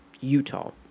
Utah